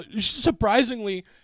surprisingly